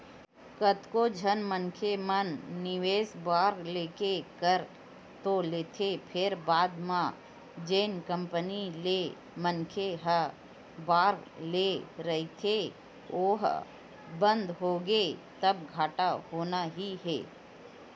कतको झन मनखे मन निवेस बांड लेके कर तो देथे फेर बाद म जेन कंपनी ले मनखे ह बांड ले रहिथे ओहा बंद होगे तब घाटा होना ही हे